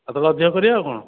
ଆଉ ତା'ହେଲେ ଅଧିକ କରିବା ଆଉ କ'ଣ